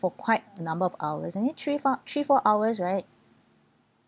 for quite a number of hours I think three four three four hours right